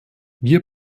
wir